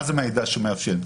מה זה מידע שמאפיין.